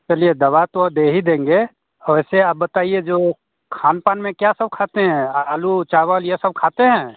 चलिए दवा तो दे ही देंगे ऐसे आप बताईए जो खान पान में क्या सब खाते हैं और आलू चावल यह सब खाते हैं